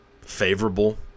favorable